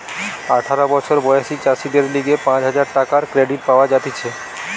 আঠারো বছর বয়সী চাষীদের লিগে পাঁচ হাজার টাকার ক্রেডিট পাওয়া যাতিছে